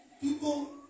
People